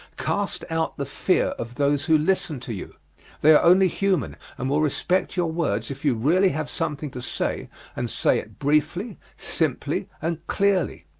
cast out the fear of those who listen to you they are only human and will respect your words if you really have something to say and say it briefly, simply, and clearly.